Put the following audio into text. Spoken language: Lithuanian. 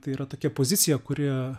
tai yra tokia pozicija kuri